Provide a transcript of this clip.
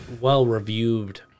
well-reviewed